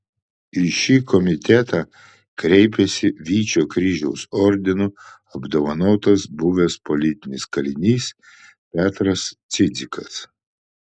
į šį komitetą kreipėsi vyčio kryžiaus ordinu apdovanotas buvęs politinis kalinys petras cidzikas